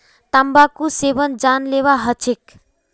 तंबाकूर सेवन जानलेवा ह छेक